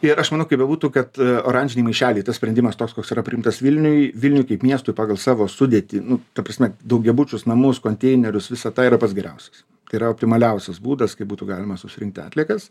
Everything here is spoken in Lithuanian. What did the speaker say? ir aš manau kaip bebūtų kad oranžiniai maišeliai tas sprendimas toks koks yra priimtas vilniui vilniui kaip miestui pagal savo sudėtį nu ta prasme daugiabučius namus konteinerius visa ta yra pats geriausias yra optimaliausias būdas kaip būtų galima susirinkti atliekas